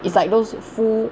it's like those full